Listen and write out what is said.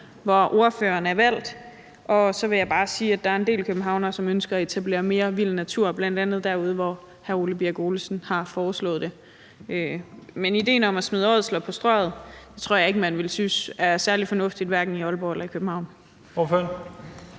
hvor ordføreren er valgt. Og så vil jeg bare sige, at der er en del københavnere, som ønsker at etablere mere vild natur, bl.a. derude, hvor hr. Ole Birk Olesen har foreslået det. Men idéen om at smide ådsler på Strøget tror jeg ikke man ville synes var særlig fornuftig, hverken i Aalborg eller i København.